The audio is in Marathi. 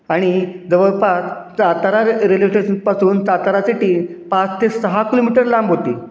आणि जवळपास सातारा रेल्वे स्टेशनपासून सातारा सिटी पाच ते सहा किलोमीटर लांब होती